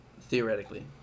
Theoretically